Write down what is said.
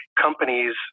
companies